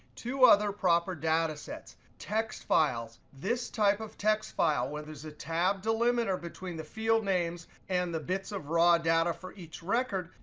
two other proper data sets. text files. this type of text file, where there's a tab delimeter between the field names and the bits of raw data for each record,